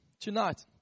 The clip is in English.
tonight